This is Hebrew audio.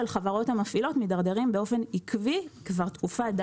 החברות המפעילות מידרדרים באופן עקבי כבר תקופה די ארוכה.